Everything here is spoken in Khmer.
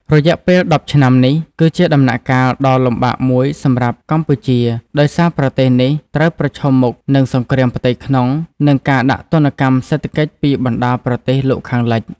រយៈពេល ១០ ឆ្នាំនេះ គឺជាដំណាក់កាលដ៏លំបាកមួយសម្រាប់កម្ពុជា ដោយសារប្រទេសនេះត្រូវប្រឈមមុខនឹងសង្គ្រាមផ្ទៃក្នុង និងការដាក់ទណ្ឌកម្មសេដ្ឋកិច្ចពីបណ្ដាប្រទេសលោកខាងលិច ។